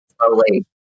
Slowly